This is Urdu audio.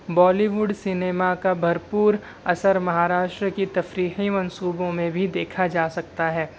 بالی ووڈ سنیما کا بھرپور اثر مہاراشٹر کی تفریحی منصوبوں میں بھی دیکھا جا سکتا ہے